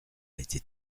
été